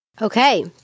Okay